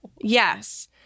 Yes